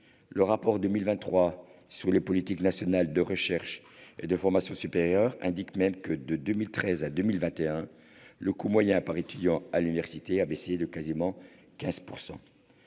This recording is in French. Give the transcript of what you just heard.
Le rapport 2023 sur les politiques nationales de recherche et de formations supérieures indique même que, de 2013 à 2021, le coût moyen par étudiant à l'université a baissé de presque 15 %.